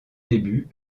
début